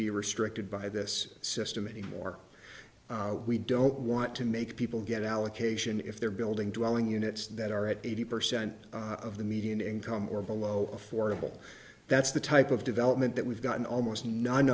be restricted by this system anymore we don't want to make people get allocation if they're building to eling units that are at eighty percent of the median income or below affordable that's the type of development that we've gotten almost none